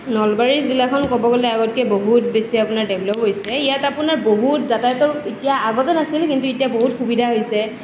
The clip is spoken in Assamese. নলবাৰী জিলাখন ক'ব গ'লে আগতকৈ বহুত বেছি আপোনাৰ ডেভেলপ হৈছে ইয়াত আপোনাৰ বহুত যাতায়তৰ এতিয়া আগতে নাছিল কিন্তু এতিয়া বহুত সুবিধা হৈছে